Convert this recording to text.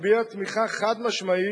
הביעה תמיכה חד-משמעית